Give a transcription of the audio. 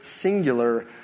singular